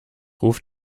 ruf